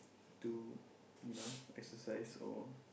to you know exercise or